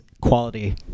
quality